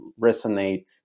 resonate